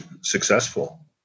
successful